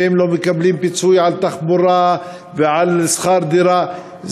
והם לא מקבלים פיצוי על תחבורה ועל שכר דירה,